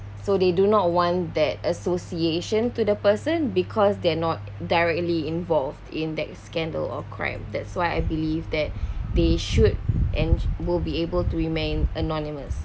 so they do not want that association to the person because they're not directly involved in the scandal or crime that's why I believe that they should and will be able to remain anonymous